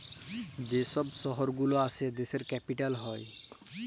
যে ছব শহর গুলা আসে দ্যাশের ক্যাপিটাল হ্যয়